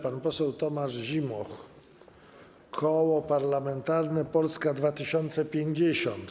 Pan poseł Tomasz Zimoch, Koło Parlamentarne Polska 2050.